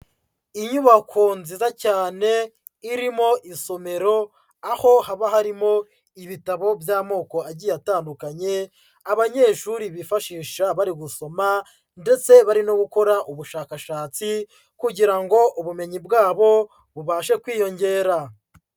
Inyubako nziza cyane irimo isomero, aho haba harimo ibitabo by'amoko agiye atandukanye abanyeshuri bifashisha bari gusoma ndetse bari no gukora ubushakashatsi kugira ngo ubumenyi bwabo bubashe kwiyongera.